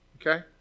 Okay